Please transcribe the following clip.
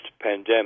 pandemic